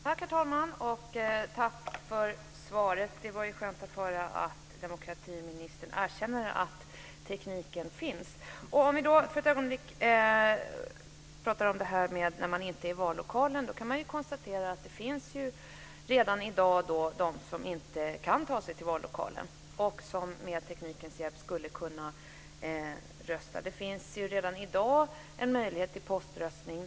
Herr talman! Tack för svaret. Det var skönt att höra att demokratiministern erkänner att tekniken finns. Om vi för ett ögonblick talar om detta när man inte kan rösta i vallokalen, kan man konstatera att det redan i dag finns de som inte kan ta sig till vallokalen och som med teknikens hjälp skulle kunna rösta. Det finns redan i dag möjlighet till poströstning.